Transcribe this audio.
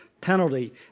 penalty